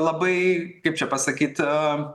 labai kaip čia pasakyt